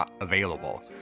available